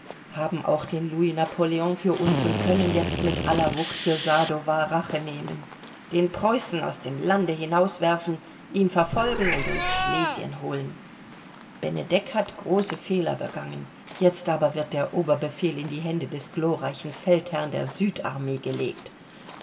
haben auch den louis napoleon für uns und können jetzt mit aller wucht für sadowa rache nehmen den preußen aus dem lande hinauswerfen ihn verfolgen und uns schlesien holen benedek hat große fehler begangen jetzt aber wird der oberbefehl in die hände des glorreichen feldherrn der südarmee gelegt